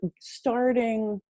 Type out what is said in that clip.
starting